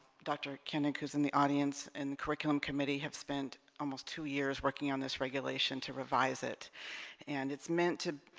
dr kenneth who's in the audience and curriculum committee have spent almost two years working on this regulation to revise it and it's meant to